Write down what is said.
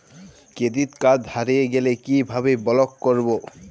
Credit card হারিয়ে গেলে কি ভাবে ব্লক করবো?